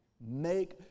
Make